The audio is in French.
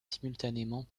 simultanément